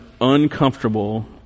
uncomfortable